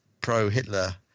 pro-Hitler